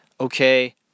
okay